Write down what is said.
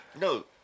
No